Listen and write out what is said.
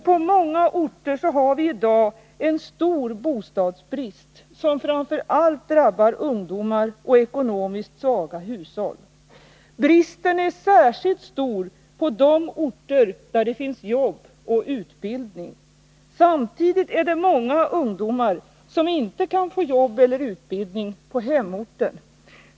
På många orter har vi i dag en stor bostadsbrist, som framför allt drabbar ungdomar och ekonomiskt svaga hushåll. Bristen är särskilt stor på de orter där det finns jobb och utbildning. Samtidigt är det många ungdomar som inte kan få jobb eller utbildning på hemorten.